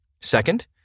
Second